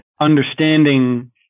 understanding